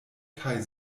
kaj